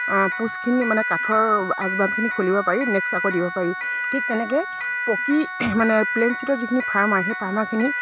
পোষ্টখিনি মানে কাঠৰ আচবাবখিনি খুলিব পাৰি নেক্সট আকৌ দিব পাৰি ঠিক তেনেকৈ পকী মানে প্লেইন চিটৰ যিখিনি ফাৰ্মাৰ সেই ফাৰ্মাৰখিনি